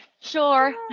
sure